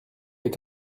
est